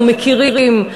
אנחנו מכירים,